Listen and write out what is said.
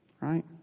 right